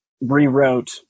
rewrote